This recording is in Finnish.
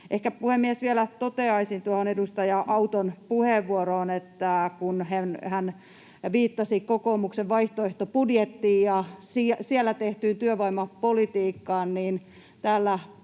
Puhemies! Toteaisin vielä tuohon edustaja Auton puheenvuoroon, kun hän viittasi kokoomuksen vaihtoehtobudjettiin ja siellä tehtyyn työvoimapolitiikkaan, että täällä